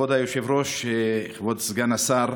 כבוד היושב-ראש, כבוד סגן השר,